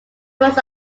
was